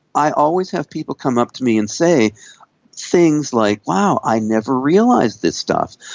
i always have people come up to me and say things like, wow, i never realised this stuff.